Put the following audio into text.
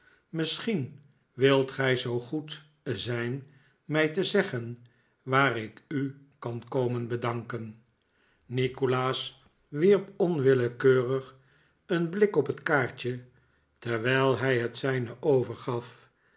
misschien wilt gij zoo goed zijn mij te zeggen waar ik u kan koirten bedanken nikolaas wierp onwillekeurig een blik op het kaartje terwijl hij het zijne overgaf